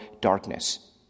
darkness